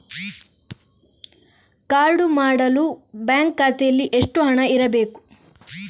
Card ಮಾಡಲು bank ಖಾತೆಯಲ್ಲಿ ಹಣ ಎಷ್ಟು ಇರಬೇಕು?